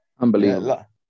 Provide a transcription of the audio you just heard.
Unbelievable